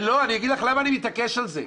אגיד לך למה אני מתעקש על זה.